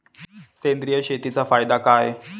सेंद्रिय शेतीचा फायदा काय?